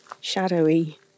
shadowy